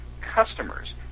customers